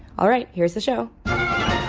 all right. here's the show